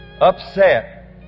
upset